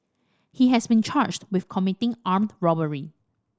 he has been charged with committing armed robbery